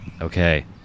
okay